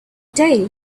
day